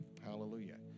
Hallelujah